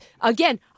again